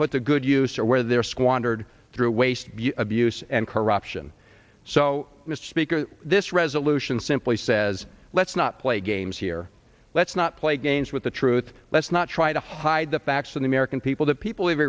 put to good use or where they're squandered through waste abuse and corruption so mr speaker this resolution simply says let's not play games here let's not play games with the truth let's not try to hide the facts of the american people the people